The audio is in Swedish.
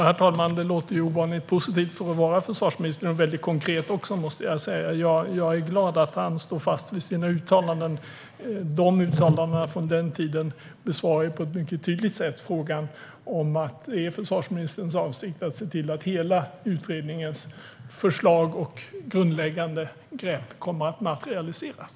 Herr talman! Det låter ju ovanligt positivt för att vara försvarsministern - och väldigt konkret också, måste jag säga. Jag är glad att han står fast vid sina uttalanden. Uttalandena från den tiden besvarar på ett mycket tydligt sätt frågan om det är försvarsministerns avsikt att se till att hela utredningens förslag och grundläggande grepp kommer att materialiseras.